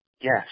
Yes